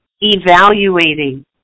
evaluating